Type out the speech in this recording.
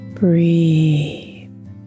Breathe